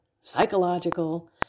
psychological